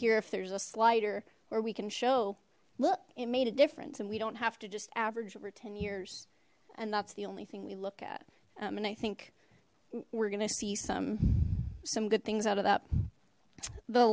here if there's a slider where we can show look it made a difference and we don't have to just average over ten years and that's the only thing we look at and i think we're gonna see some some good things out of that the